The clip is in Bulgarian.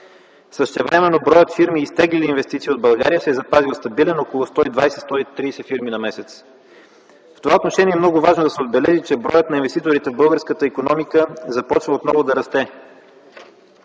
Същевременно броят фирми, изтеглили инвестиции от България, се е запазил стабилен – около 120-130 фирми на месец. В това отношение е много важно да се отбележи, че броят на инвеститорите в българската икономика започва отново да расте